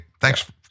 thanks